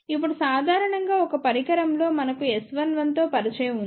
ఇప్పుడు సాధారణంగా ఒక పరికరం లో మనకు S11 తో పరిచయం ఉంది